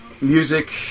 Music